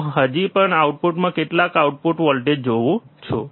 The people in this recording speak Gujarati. હું હજી પણ આઉટપુટમાં કેટલાક આઉટપુટ વોલ્ટેજ જોઉં છું